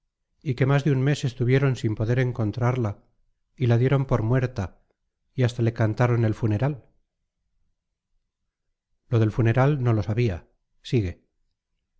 y que más de un mes estuvieron sin poder encontrarla y la dieron por muerta y hasta le cantaron el funeral lo del funeral no lo sabía sigue